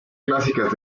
clásicas